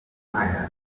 denier